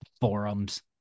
forums